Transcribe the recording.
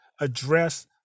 address